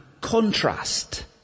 contrast